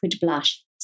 Blush